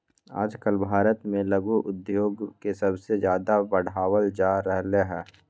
आजकल भारत में लघु उद्योग के सबसे ज्यादा बढ़ावल जा रहले है